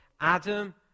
Adam